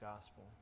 gospel